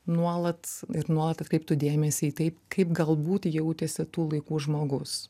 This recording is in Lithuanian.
nuolat ir nuolat atkreiptų dėmesį į taip kaip galbūt jautėsi tų laikų žmogus